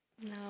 no